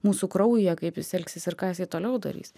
mūsų kraujyje kaip jis elgsis ir ką jis toliau darys